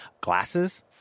glasses